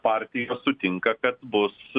partijos sutinka kad bus